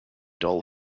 dull